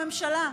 בממשלה,